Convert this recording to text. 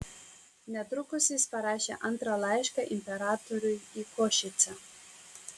netrukus jis parašė antrą laišką imperatoriui į košicę